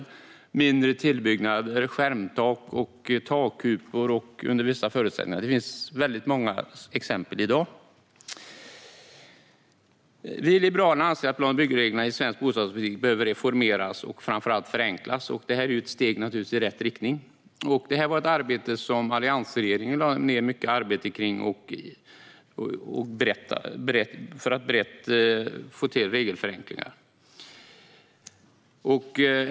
Det handlar om mindre tillbyggnader, skärmtak och takkupor under vissa förutsättningar. Det finns väldigt många exempel i dag. Vi i Liberalerna anser att plan och byggreglerna i svensk bostadspolitik behöver reformeras och framför allt förenklas. Detta är naturligtvis ett steg i rätt riktning. Alliansregeringen lade ned mycket arbete för att brett få till regelförenklingar.